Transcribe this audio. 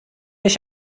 ich